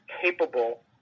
capable